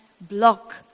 block